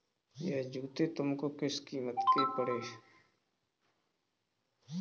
यह जूते तुमको किस कीमत के पड़े?